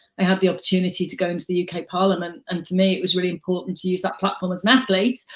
i had the opportunity to go into the uk parliament and for me it was really important to use that platform as an athlete,